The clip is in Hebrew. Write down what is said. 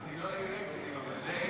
אני לא נגד אקזיטים אבל זה אקזיט,